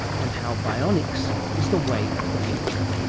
and how bionics is the way of the future.